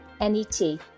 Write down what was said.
N-E-T